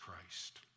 Christ